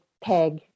peg